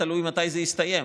תלוי מתי זה יסתיים.